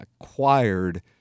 acquired